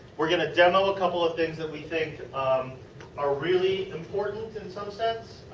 we are going to demo a couple of things that we think um are really important in some sense.